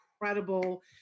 incredible